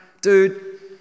dude